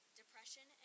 depression